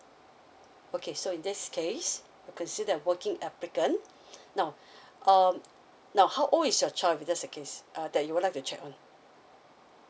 okay so in this case you're considered a working applicant now um now how old is your child if that's the case uh that you would like to check on